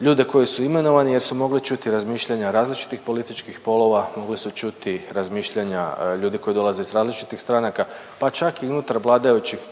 ljude koji su imenovani jer su mogli čuti razmišljanja različitih političkih polova, mogli su čuti razmišljanja ljudi koji dolaze iz različitih stranaka pa čak i unutar vladajućih